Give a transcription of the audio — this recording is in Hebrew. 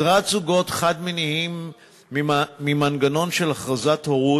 הדרת זוגות חד-מיניים ממנגנון של הכרזת הורות,